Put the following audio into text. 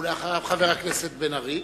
ואחריה, חבר הכנסת בן-ארי.